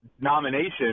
nomination